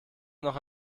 noch